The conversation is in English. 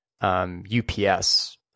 UPS